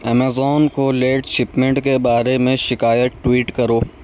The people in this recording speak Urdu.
امیزون کو لیٹ شپمنٹ کے بارے میں شکایت ٹویٹ کرو